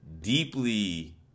deeply